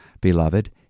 Beloved